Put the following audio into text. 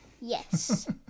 Yes